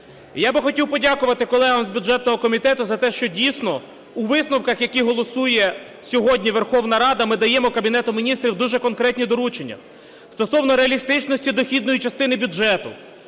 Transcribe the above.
Я би хотів подякувати колегам з бюджетного комітету за те, що дійсно у висновках, які голосує сьогодні Верховна Рада, ми даємо Кабінету Міністрів дуже конкретні доручення стосовно реалістичності дохідної частини бюджету.